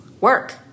work